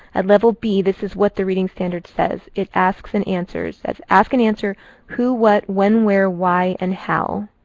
at level b, this is what the reading standard says. it asks and answers. says, ask and answer who, what, when, where, why and how.